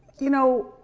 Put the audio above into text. you know,